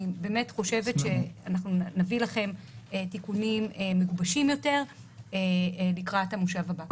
אנחנו נביא לכם תיקונים מגובשים יותר לקראת המושב הבא.